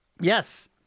Yes